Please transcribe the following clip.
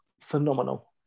phenomenal